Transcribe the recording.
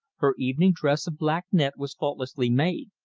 her evening dress of black net was faultlessly made,